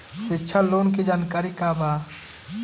शिक्षा लोन के जानकारी का बा?